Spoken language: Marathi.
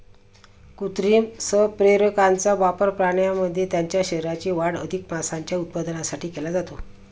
कृत्रिम संप्रेरकांचा वापर प्राण्यांमध्ये त्यांच्या शरीराची वाढ अधिक मांसाच्या उत्पादनासाठी केला जातो